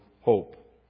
hope